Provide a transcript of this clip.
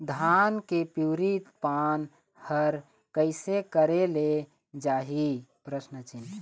धान के पिवरी पान हर कइसे करेले जाही?